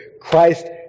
Christ